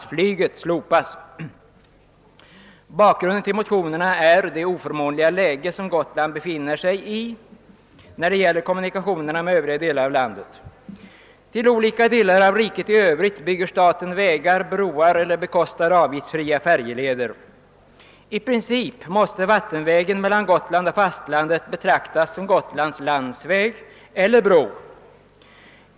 Bakgrunden till motionerna är det oförmånliga läge som Gotland befinner sig i när det gäller kommunikationerna med övriga delar av landet. Till olika delar av riket i övrigt bygger staten vägar, broar eller bekostar avgiftsfria färjeleder. I princip måste vattenvägen mellan Gotland och fastlandet betraktas som Gotlands landsväg eller bro.